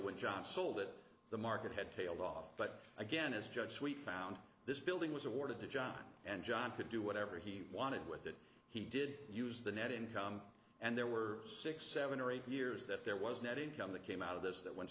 when john sold it the market had tailed off but again as judge sweet found this building was awarded to john and john could do whatever he wanted with it he did use the net income and there were six seven or eight years that there was net income that came out of this that went